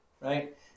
right